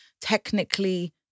technically